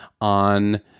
on